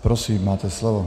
Prosím máte slovo.